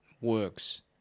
works